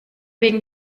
wegen